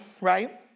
right